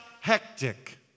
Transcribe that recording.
hectic